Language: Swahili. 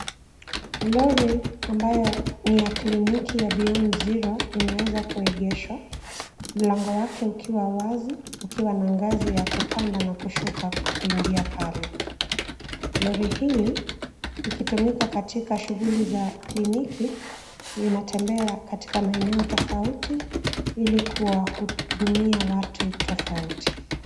Lori ambayo ni ya kliniki ya Beyond Zero imeweza kuegeshwa mlango wake ukiwa wazi, ukiwa na ngazi ya kupanda na kushuka kuingia pale. Lori hili, ikitumika katika shughuli za kliniki, linatembea katika maeneo tofauti ili kuwahudumia watu tofauti.